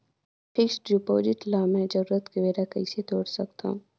Fixed deposit ल मैं जरूरत के बेरा कइसे तोड़ सकथव?